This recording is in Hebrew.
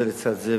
זה לצד זה,